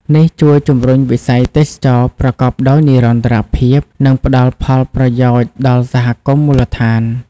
នេះជួយ ជំរុញវិស័យទេសចរណ៍ប្រកបដោយនិរន្តរភាព និងផ្តល់ផលប្រយោជន៍ដល់សហគមន៍មូលដ្ឋាន។